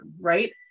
right